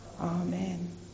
Amen